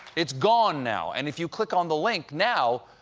it's gone now. and if you click on the link now,